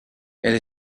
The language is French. elle